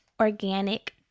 organic